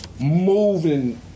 moving